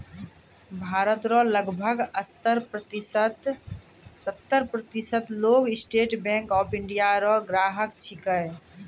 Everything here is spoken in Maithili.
भारत रो लगभग सत्तर प्रतिशत लोग स्टेट बैंक ऑफ इंडिया रो ग्राहक छिकै